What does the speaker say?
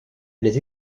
les